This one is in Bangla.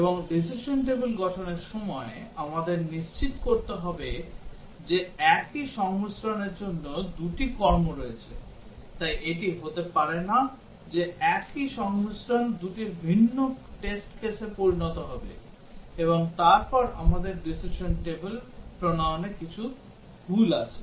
এবং decision table গঠনের সময় আমাদের নিশ্চিত করতে হবে যে একই সংমিশ্রণের জন্য দুটি কর্ম রয়েছে তাই এটি হতে পারে না যে একই সংমিশ্রণ দুটি ভিন্ন টেস্ট কেসে পরিণত হবে এবং তারপর আমাদের decision table প্রণয়নে কিছু ভুল আছে